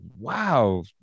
wow